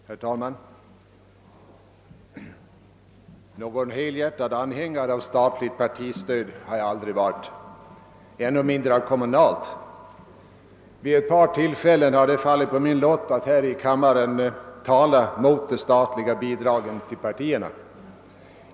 Herr talman! Någon helhjärtad anhängare av statligt partistöd har jag aldrig varit, ännu mindre av ett kommunalt. Vid ett par tillfällen tidigare har det fallit på min lott att här i kammaren tala emot de statliga bidragen till partierna.